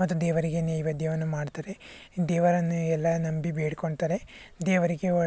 ಮತ್ತು ದೇವರಿಗೆ ನೈವೇದ್ಯವನ್ನು ಮಾಡ್ತಾರೆ ದೇವರನ್ನು ಎಲ್ಲ ನಂಬಿ ಬೇಡ್ಕೊಳ್ತಾರೆ ದೇವರಿಗೆ ವ